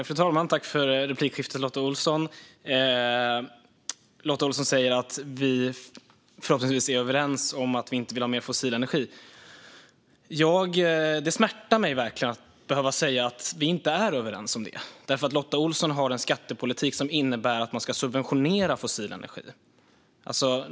Fru talman! Tack för replikskiftet, Lotta Olsson! Lotta Olsson säger att vi förhoppningsvis är överens om att vi inte vill ha mer fossil energi. Det smärtar mig verkligen att behöva säga att vi inte är överens om det. Lotta Olsson har en skattepolitik som innebär att man ska subventionera fossil energi.